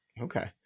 okay